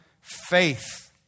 faith